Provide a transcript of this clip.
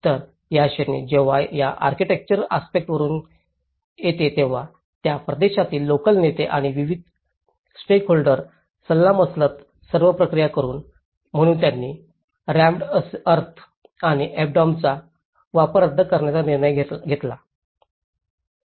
तर या क्षणी जेव्हा त्या आर्किटेक्चरल आस्पेक्टवरुन येते तेव्हा त्या प्रदेशातील लोकल नेते आणि विविध स्टेकहोल्डर्सशी सल्लामसलत सर्व प्रक्रिया करून म्हणून त्यांनी रॅम्ड अर्थ आणि अॅडोबचा वापर रद्द करण्याचा निर्णय घेतला आहे